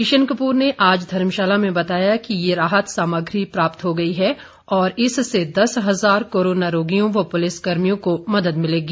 किशन कपूर ने आज धर्मशाला में बताया कि यह राहत सामग्री प्राप्त हो गई है और इससे दस हजार कोरोना रोगियों व पुलिस कर्मियों को मदद मिलेगी